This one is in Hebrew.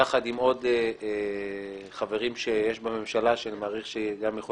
יחד עם עוד חברים שיש בממשלה שאני מעריך שגם יכול